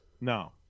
No